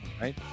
right